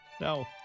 no